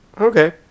Okay